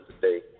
today